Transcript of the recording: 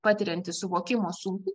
patiriantys suvokimo sunkumų